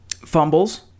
Fumbles